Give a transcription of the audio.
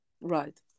right